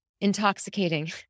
intoxicating